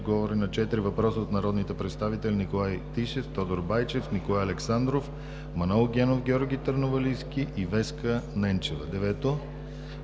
отговори на четири въпроса от народните представители Николай Тишев; Тодор Байчев; Николай Александров; Манол Генов, Георги Търновалийски и Веска Ненчева. 9.